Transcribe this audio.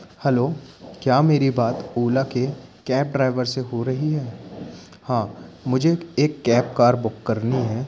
hello क्या मेरी बात ओला के कैब ड्राईवर से हो रही है हाँ मुझे एक कैब कार बुक करनी है